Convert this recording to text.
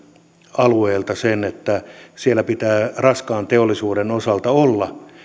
alueelta sen että siellä pitää raskaan teollisuuden osalta olla